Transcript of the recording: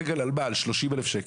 על 30 אלף שקל.